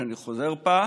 שאני חבר בה,